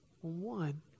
One